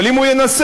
אבל אם הוא ינסה,